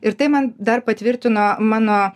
ir tai man dar patvirtino mano